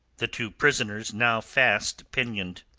the two prisoners now fast pinioned.